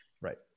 Right